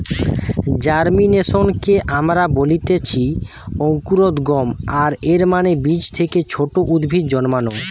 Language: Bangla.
জার্মিনেশনকে আমরা বলতেছি অঙ্কুরোদ্গম, আর এর মানে বীজ থেকে ছোট উদ্ভিদ জন্মানো